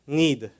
need